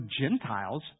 Gentiles